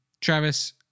Travis